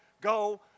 go